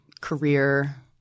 career